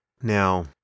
Now